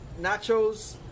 nachos